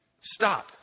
stop